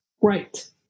Right